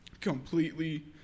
completely